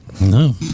no